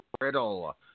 Riddle